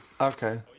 Okay